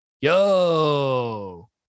yo